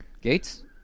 Gates